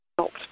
stopped